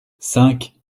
cinq